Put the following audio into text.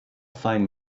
find